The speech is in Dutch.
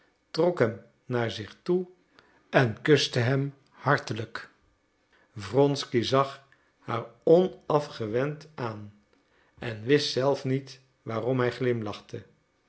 hem naar zich toe en kuste hem hartelijk wronsky zag haar onafgewend aan en wist zelf niet waarom hij glimlachte